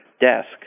desk